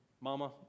mama